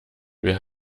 wer